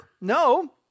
No